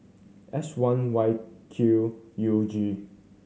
S one Y Q U G